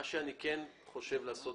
מה שאני כן חושב לעשות,